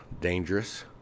dangerous